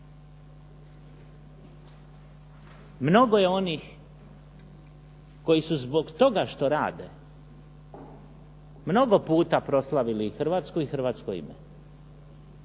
Mnogo je onih koji su zbog toga što rade mnogo puta proslavili Hrvatsku i hrvatsko ime,